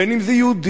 בין אם זה יהודי,